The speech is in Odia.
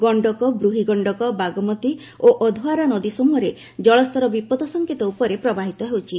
ଗଣ୍ଡକ ବୃହି ଗଶ୍ତକ ବାଗ୍ମତୀ ଓ ଅଧୱାରା ନଦୀ ସମ୍ଭହରେ ଜଳସ୍ତର ବିପଦ ସଙ୍କେତ ଉପରେ ପ୍ରବାହିତ ହେଉଛି